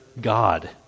God